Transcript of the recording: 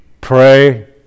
Pray